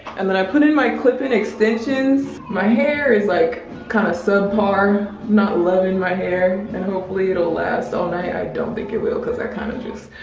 and then i put in my clipping extensions. my hair is like kind of subpar. not loving my hair and hopefully it'll last all night. i don't think it will cause i of just,